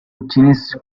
التنس